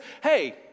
hey